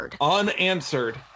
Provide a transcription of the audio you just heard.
Unanswered